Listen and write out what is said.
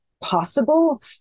possible